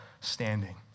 standing